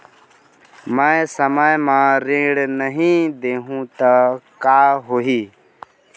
मैं समय म ऋण नहीं देहु त का होही